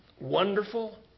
wonderful